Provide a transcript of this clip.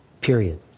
period